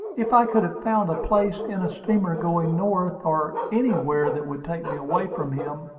if i could have found a place in a steamer going north, or anywhere that would take me away from him,